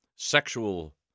sexual